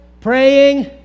Praying